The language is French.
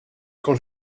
quand